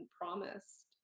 promised